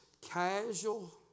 casual